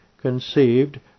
conceived